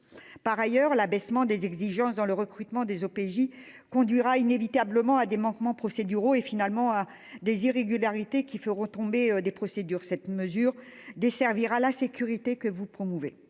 Par ailleurs, l'abaissement des exigences dans le recrutement des OPJ conduira inévitablement à des manquements procéduraux et finalement à des irrégularités qui feront tomber des procédures cette mesure desservira la sécurité que vous promouvez,